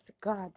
God